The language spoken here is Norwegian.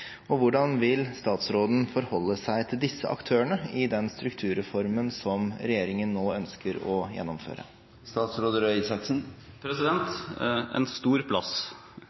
og hvordan vil statsråden forholde seg til disse aktørene i den strukturreformen som regjeringen nå ønsker å gjennomføre? En stor plass